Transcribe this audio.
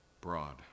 broad